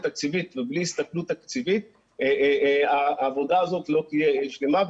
תקציבית ובלי הסתכלות תקציבית העבודה הזאת לא תהיה שלמה,